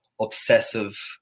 obsessive